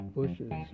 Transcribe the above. bushes